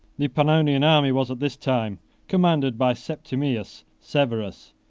the pannonian army was at this time commanded by septimius severus,